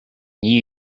new